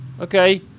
okay